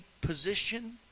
position